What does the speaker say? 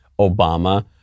Obama